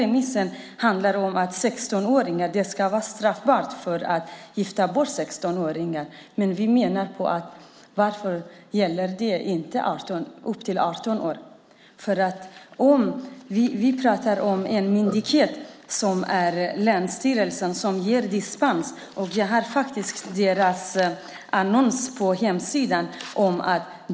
Remissen handlar om att det ska vara straffbart att gifta bort 16-åringar. Varför gäller det inte upp till 18 år? Länsstyrelsen är den myndighet som ger dispens. Jag har deras annons på hemsidan.